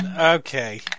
Okay